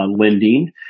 lending